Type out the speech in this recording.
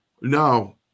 no